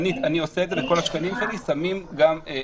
אני עושה את זה וכל השכנים שלי, שמים מסכה.